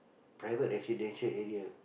private residential area